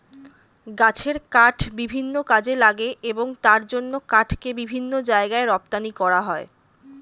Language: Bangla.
গাছের কাঠ বিভিন্ন কাজে লাগে এবং তার জন্য কাঠকে বিভিন্ন জায়গায় রপ্তানি করা হয়